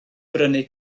brynu